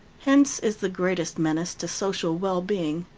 hence is the greatest menace to social well-being.